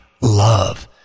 Love